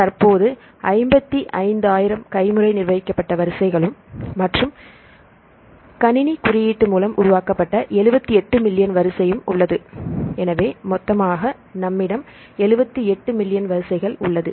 தற்போது 55 ஆயிரம் கைமுறை நிர்வகிக்கப்பட்ட வரிசைகளும் மற்றும் கணினி குறியீட்டு மூலம் உருவாக்கப்பட்ட 78 மில்லியன் வரிசையும் உள்ளது எனவே மொத்தமாக நம்மிடம் 78 மில்லியன் வரிசைகள் உள்ளது